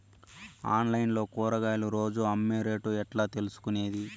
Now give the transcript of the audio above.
Online లో కూరగాయలు రోజు అమ్మే రేటు ఎట్లా తెలుసుకొనేది?